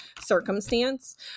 circumstance